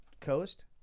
Coast